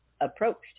approached